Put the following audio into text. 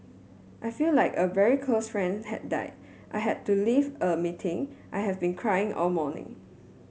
I feel like a very close friend had died I had to leave a meeting I have been crying all morning